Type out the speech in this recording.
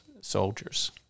soldiers